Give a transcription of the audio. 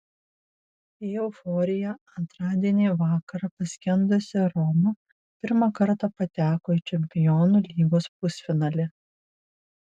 į euforiją antradienį vakarą paskendusi roma pirmą kartą pateko į čempionų lygos pusfinalį